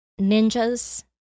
ninjas